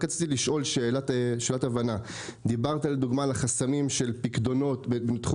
רק רציתי לשאול שאלת הבנה דיברת על החסמים של פיקדונות בתחום